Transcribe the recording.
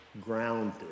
grounded